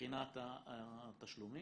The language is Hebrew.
מבחינת התשלומים,